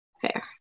Fair